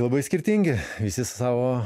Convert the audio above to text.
labai skirtingi visi su savo